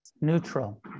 neutral